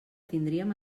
tindríem